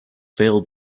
failed